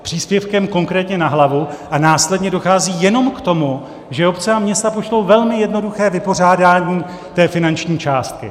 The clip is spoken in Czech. Příspěvkem konkrétně na hlavu a následně dochází jenom k tomu, že obce a města pošlou velmi jednoduché vypořádání té finanční částky.